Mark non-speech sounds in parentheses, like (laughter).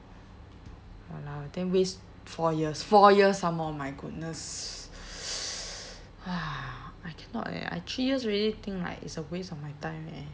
!walao! then waste four years four years some more my goodness (noise) I cannot eh I three years already think like it's a waste of my time eh